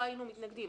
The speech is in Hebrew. לא היינו מתנגדים,